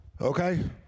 okay